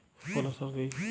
সুফলা সার কি?